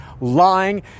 lying